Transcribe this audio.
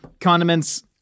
Condiments